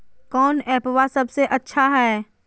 कौन एप्पबा सबसे अच्छा हय?